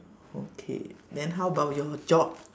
okay then how about your job